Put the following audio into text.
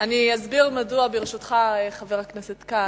מדוע, ברשותך, חבר הכנסת כץ: